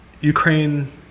Ukraine